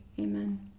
amen